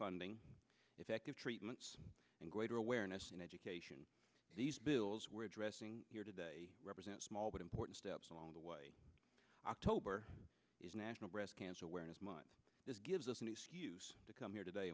funding effective treatments and greater awareness and education these bills were addressing here today represent small but important steps along the way october is national breast cancer awareness month this gives us an excuse to come here today